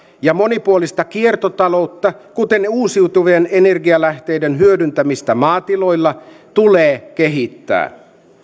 ja monipuolista kiertotaloutta kuten uusiutuvien energialähteiden hyödyntämistä maatiloilla tulee kehittää